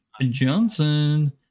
Johnson